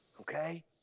okay